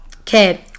Okay